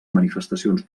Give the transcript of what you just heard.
manifestacions